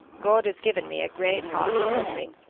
god has given me a great heart for hoping,